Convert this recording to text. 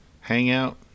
hangout